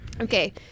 Okay